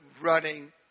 running